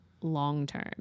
long-term